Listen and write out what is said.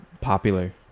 popular